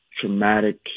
traumatic